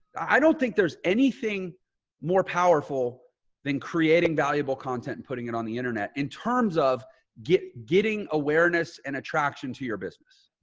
i don't think there's anything more powerful than creating valuable content and putting it on the internet in terms of get getting awareness and attraction to your business.